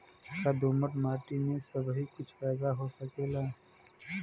का दोमट माटी में सबही कुछ पैदा हो सकेला?